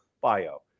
bio